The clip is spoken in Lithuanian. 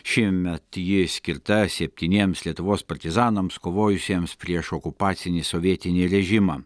šiemet ji skirta septyniems lietuvos partizanams kovojusiems prieš okupacinį sovietinį rėžimą